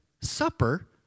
supper